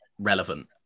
relevant